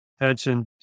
attention